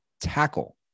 tackle